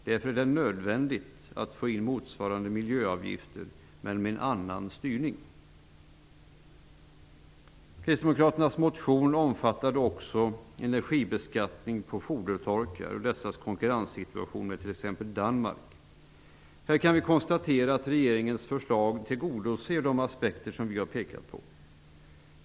Därför är det nödvändigt att få in motsvarande miljöavgifter men med annan styrning. Kristdemokraternas motion omfattade också energibeskattningen på fodertorkar och konkurrensen med exempelvis Danmark. Vi kan konstatera att regeringens förslag tillgodoser de aspekter vi har pekat på.